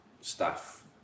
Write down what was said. staff